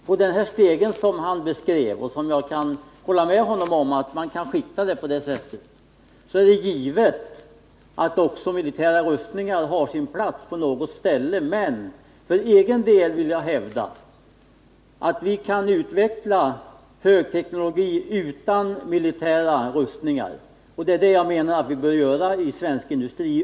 På den stege han beskrev är det givet att också militära rustningar på något ställe har sin plats, det kan jag hålla med om, men för egen del vill jag hävda att vi kan utveckla högteknologin utan militära rustningar. Det är detta jag menar att vi i ökad omfattning bör göra i svensk industri.